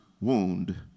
wound